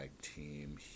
team